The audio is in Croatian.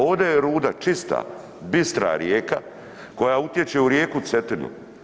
Ovdje je Ruda čista, bistra rijeka koja utječe u rijeku Cetinu.